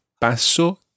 paso